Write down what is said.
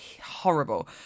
horrible